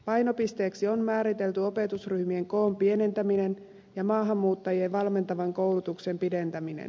painopisteeksi on määritelty opetusryhmien koon pienentäminen ja maahanmuuttajien valmentavan koulutuksen pidentäminen